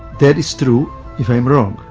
that is true if i'm wrong,